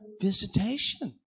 visitation